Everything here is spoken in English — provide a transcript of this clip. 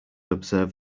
observe